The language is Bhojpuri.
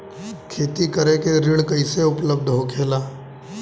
खेती करे के ऋण कैसे उपलब्ध होखेला?